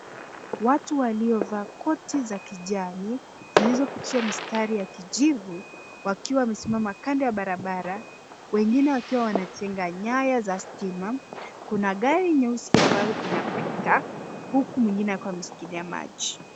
Watu waliovaa koti za kijani zilizopitiwa mistari ya kijivu wakiwa wamesimama kando ya barabara wengine wakiwa wanatenga nyaya za stima. Kuna gari nyeusi ambayo inapita huku mwingine akiwa ameshikilia maji.